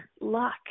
luck